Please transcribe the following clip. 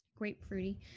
Grapefruity